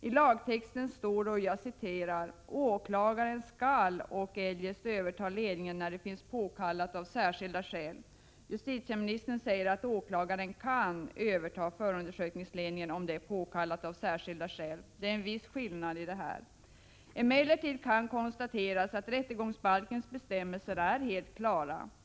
I lagtexten står: ”Åklagaren skall ock eljest övertaga ledningen, när det finnes påkallat av särskilda skäl.” Justitieministern säger att åklagaren kan överta förundersökningsledningen om det är påkallat av särskilda skäl. Det är en viss skillnad. Emellertid kan konstateras att rättegångsbalkens bestämmelser är helt klara.